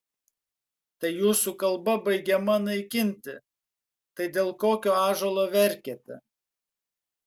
tai jūsų kalba baigiama naikinti tai dėl kokio ąžuolo verkiate